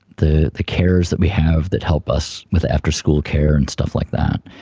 the the carers that we have that help us with after-school care and stuff like that,